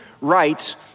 right